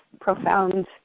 profound